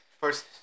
First